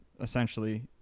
essentially